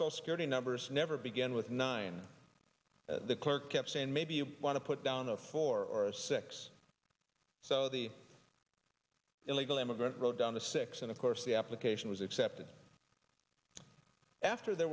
social security numbers never begin with nine the clerk kept saying maybe you want to put down zero for six so the illegal immigrant wrote down the six and of course the application was accepted after the